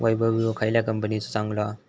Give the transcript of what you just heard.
वैभव विळो खयल्या कंपनीचो चांगलो हा?